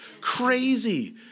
crazy